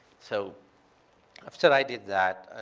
so after i did that.